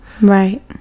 right